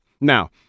Now